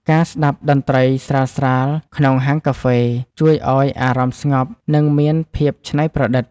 ការស្តាប់តន្ត្រីស្រាលៗក្នុងហាងកាហ្វេ ជួយឱ្យអារម្មណ៍ស្ងប់ និងមានភាពច្នៃប្រឌិត។